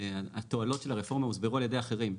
התועלות של הרפורמה הוסברו על ידי אחרים,